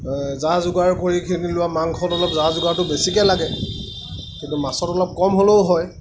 যা যোগাৰ কৰি খিনি লোৱা মাংসত অলপ যা যোগাৰটো বেছিকৈ লাগে কিন্তু মাছত অলপ কম হ'লেও হয়